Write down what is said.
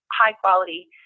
high-quality